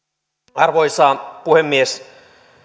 arvoisa puhemies